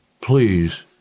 please